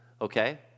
Okay